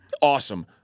Awesome